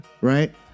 right